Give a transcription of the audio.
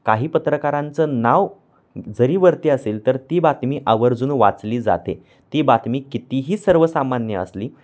काही पत्रकारांचं नाव जरी वरती असेल तर ती बातमी आवर्जून वाचली जाते ती बातमी कितीही सर्वसामान्य असली